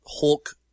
Hulk